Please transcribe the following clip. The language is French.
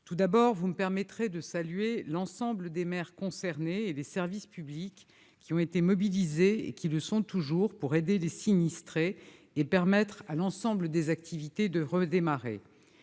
Tout d'abord, vous me permettrez de saluer l'ensemble des maires concernés et des services publics qui ont été mobilisés et qui le sont toujours pour aider les sinistrés et faire en sorte que l'ensemble des activités puissent redémarrer.